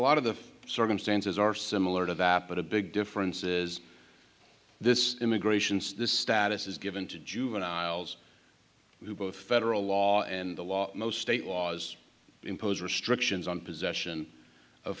lot of the circumstances are similar to that but a big difference is this immigrations this status is given to juveniles who both federal law and the law most state laws impose restrictions on possession of